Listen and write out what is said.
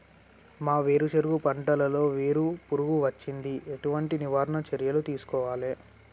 మా వేరుశెనగ పంటలలో వేరు పురుగు వచ్చింది? ఎటువంటి నివారణ చర్యలు తీసుకోవాలే?